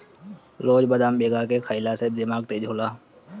रोज बदाम भीगा के खइला से दिमाग तेज होला